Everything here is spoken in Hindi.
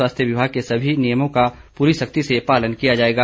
स्वास्थ्य विभाग के सभी नियमों का पूरी सख्ती से पालन किया जाएगा